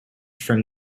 from